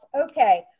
okay